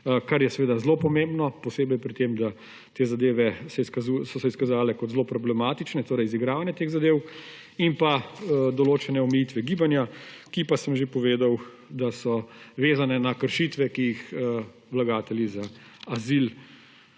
kar je seveda zelo pomembno posebej pri tem, da so se te zadeve izkazale kot zelo problematične – torej izigravanje teh zadev. In določene omejitve gibana, za katere pa sem že povedal, da so vezane na kršitve, ki jih vlagatelji za azil